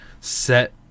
set